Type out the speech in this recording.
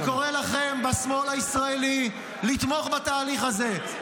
אני קורא לכם בשמאל הישראלי לתמוך בתהליך הזה,